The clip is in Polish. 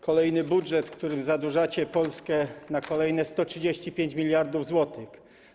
Kolejny budżet, w którym zadłużacie Polskę na kolejne 135 mld zł.